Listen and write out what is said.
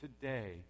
today